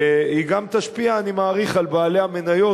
ואני מעריך שהיא גם תשפיע על בעלי המניות